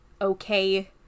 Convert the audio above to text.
okay